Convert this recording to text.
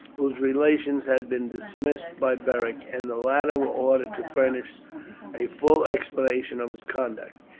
whose relations had been dismissed by beric, and the latter was ordered to furnish a full explanation of his conduct.